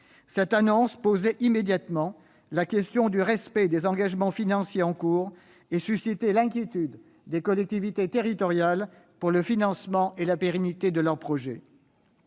Cette annonce posait immédiatement la question du respect des engagements financiers en cours et suscitait l'inquiétude des collectivités territoriales pour le financement et la pérennité de leurs projets.